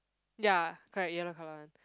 ya correct yellow colour one